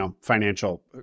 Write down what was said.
financial